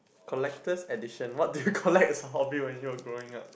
collected addition what do you collect as a hobby when you are growing up